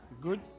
Good